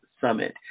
Summit